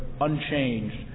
unchanged